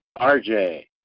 RJ